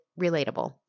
Relatable